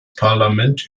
parlament